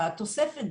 בתוספת,